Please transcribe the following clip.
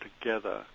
together